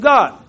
God